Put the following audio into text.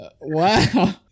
Wow